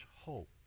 hope